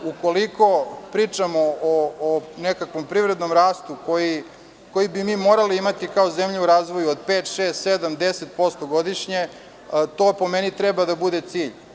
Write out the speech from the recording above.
Ukoliko pričamo o nekakvom privrednom rastu koji bi mi morali imati kao zemlja u razvoju, od 5%, 6%, 7% ili 10% godišnje, to po meni treba da bude cilj.